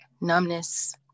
numbness